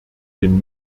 den